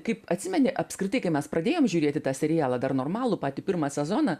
kaip atsimeni apskritai kai mes pradėjom žiūrėti tą serialą dar normalų patį pirmą sezoną